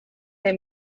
they